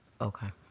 Okay